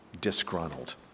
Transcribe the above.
disgruntled